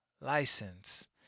license